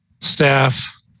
staff